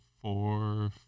four